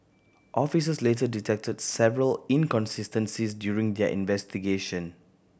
officers later detected several inconsistencies during their investigation